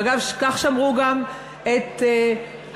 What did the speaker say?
אגב, כך שמרו גם את התורה.